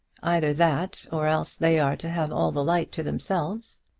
either that, or else they are to have all the light to themselves.